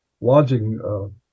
lodging